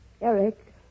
Eric